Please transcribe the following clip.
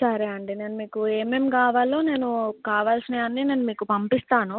సరే అండి నేను మీకు ఏమేమి కావాలో నేను కావాల్సినవి అన్ని నేను మీకు పంపిస్తాను